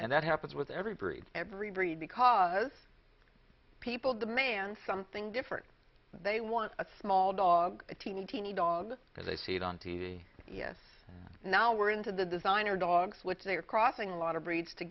and that happens with every breed every breed because people demand something different they want a small dog a teeny teeny dog because they see it on t v yes now we're into the designer dogs which they are crossing a lot of breeds to